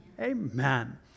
Amen